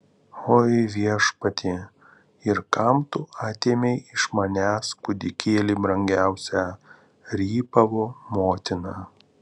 oi viešpatie ir kam tu atėmei iš manęs kūdikėlį brangiausią rypavo motina